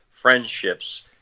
friendships